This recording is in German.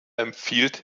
empfiehlt